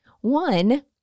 One